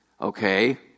Okay